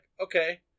okay